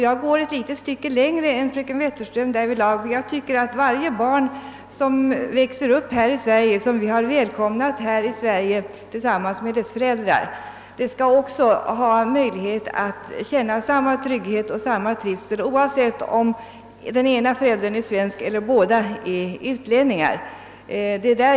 Jag går ett litet stycke längre än fröken Wetterström därvidlag. Jag tycker att varje barn, som växer upp här i Sverige och som vi har välkomnat tillsammans med dess föräldrar, skall ha möjlighet att känna samma trygghet och samma trivsel oavsett om den ena av föräldrarna är svensk eller om båda är utlänningar.